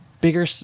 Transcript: bigger